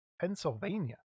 pennsylvania